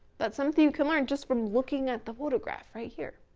that's something you can learn, just from looking at the photograph right here,